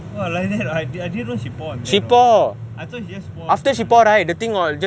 !wah! like that !huh! I didn't even know she pour on that at all I thought she just pour out